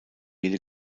jede